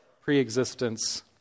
pre-existence